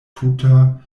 tuta